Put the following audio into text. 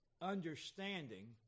understanding